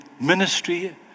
ministry